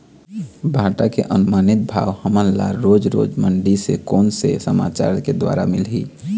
भांटा के अनुमानित भाव हमन ला रोज रोज मंडी से कोन से समाचार के द्वारा मिलही?